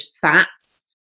fats